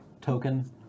token